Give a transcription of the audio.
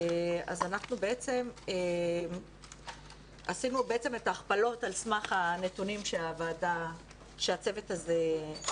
אז אנחנו עשינו את ההכפלות על סמך הנתונים שהצוות הזה בדק,